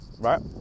right